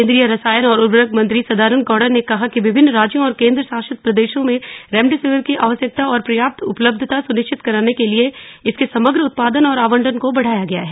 केन्द्रीय रसायन और उर्वरक मंत्री सदानंद गौड़ा ने कहा कि विभिन्न राज्यों और केन्द्रशासित प्रदेशों में रेमडेसिविर की आवश्यकता और पर्याप्त उपलब्धता सुनिश्चित करने के लिए इसके समग्र उत्पादन और आवंटन को बढ़ाया गया है